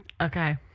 Okay